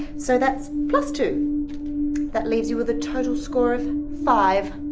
so that's two. that leaves you with a total score of five.